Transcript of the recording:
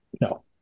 No